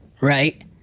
right